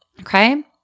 Okay